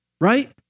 right